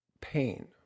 pain